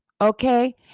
okay